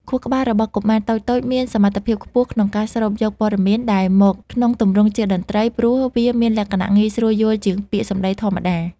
ខួរក្បាលរបស់កុមារតូចៗមានសមត្ថភាពខ្ពស់ក្នុងការស្រូបយកព័ត៌មានដែលមកក្នុងទម្រង់ជាតន្ត្រី ព្រោះវាមានលក្ខណៈងាយស្រួលយល់ជាងពាក្យសម្តីធម្មតា។